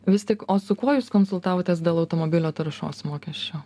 vis tik o su kuo jūs konsultavotės dėl automobilio taršos mokesčio